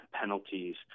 penalties